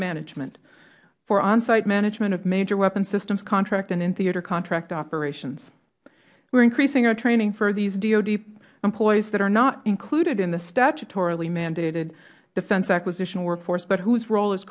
management for onsite management of major weapons systems contract and in theater contract operations we are increasing our training for these dod employees that are not included in the statutorily mandated defense acquisition workforce but whose rol